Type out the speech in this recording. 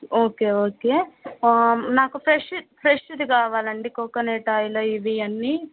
okay okay నాకు fresh fresh ఇది కావాలండి కోకోనట్ ఆయిల్ ఇవి అన్నీ